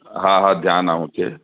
हा हा ध्यानु आहे मूंखे